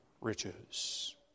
Riches